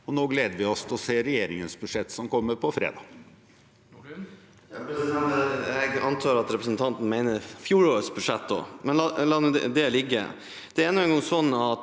nå gleder vi oss til regjeringens budsjett, som kommer på fredag.